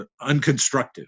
unconstructive